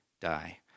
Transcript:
die